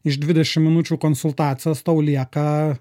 iš dvidešim minučių konsultacijos tau lieka